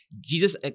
Jesus